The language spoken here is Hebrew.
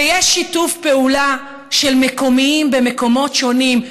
ויש שיתוף פעולה של מקומיים במקומות שונים,